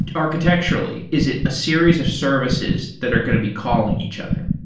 and architecturally, is it a series of services that are going to be calling each other?